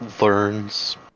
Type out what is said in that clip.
learns